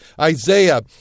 Isaiah